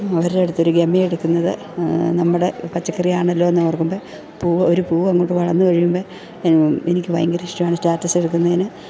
അവരുടെ അടുത്തൊരു ഗമയെടുക്കുന്നത് നമ്മുടെ പച്ചക്കറിയാണല്ലോ എന്നോർക്കുമ്പോൾ പൂവ് ഒരു പൂവങ്ങോട്ട് വളർന്നു കഴിയുമ്പോൾ എനിക്ക് ഭയങ്കര ഇഷ്ടമാണ് സ്റ്റാറ്റസ്സ് എടുക്കുന്നതിന്